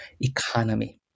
economy